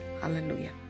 Hallelujah